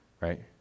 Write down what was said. right